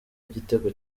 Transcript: igitego